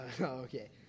Okay